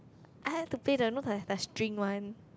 I have to play the you know the the string one